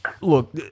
Look